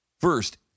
First